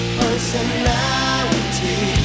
personality